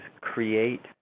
create